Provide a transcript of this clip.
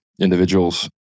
individuals